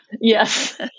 Yes